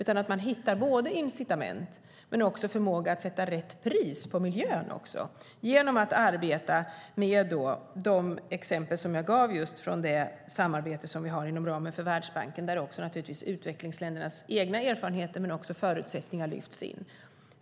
Man måste hitta både incitament och förmåga att sätta rätt pris på miljön genom att arbeta med sådana exempel som jag gav från det samarbete som vi har inom ramen för Världsbanken, där naturligtvis också utvecklingsländernas egna erfarenheter och förutsättningar lyfts in.